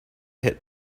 hit